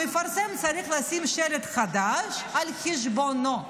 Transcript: המפרסם צריך לשים שלט חדש על חשבונו.